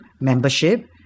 membership